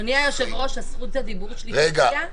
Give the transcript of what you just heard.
אדוני היושב-ראש, זכות הדיבור שלי כבר הגיעה?